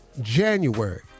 January